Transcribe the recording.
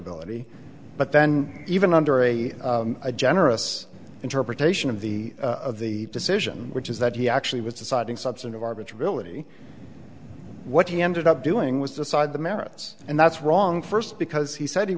ability but then even under a generous interpretation of the of the decision which is that he actually was deciding substantive arbiter of realty what he ended up doing was decide the merits and that's wrong first because he said he